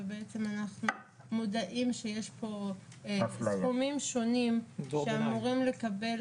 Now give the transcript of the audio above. ואנחנו מודעים שיש פה סכומים שונים שאמורים לקבל